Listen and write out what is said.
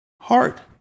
Heart